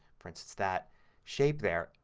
for instance, that shape there.